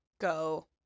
go